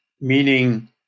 meaning